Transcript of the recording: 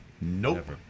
nope